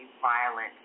violent